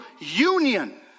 union